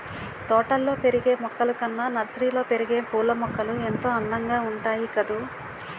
తోటల్లో పెరిగే మొక్కలు కన్నా నర్సరీలో పెరిగే పూలమొక్కలు ఎంతో అందంగా ఉంటాయి కదూ